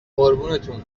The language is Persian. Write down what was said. قربونتون